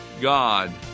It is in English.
God